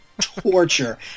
Torture